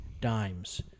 Dimes